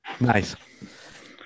Nice